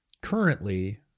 Currently